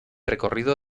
recorrido